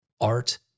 Art